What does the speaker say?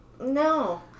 No